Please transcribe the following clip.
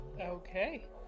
Okay